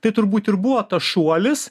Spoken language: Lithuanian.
tai turbūt ir buvo tas šuolis